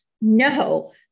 No